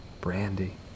Brandy